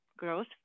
growth